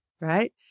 right